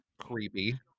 Creepy